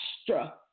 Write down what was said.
extra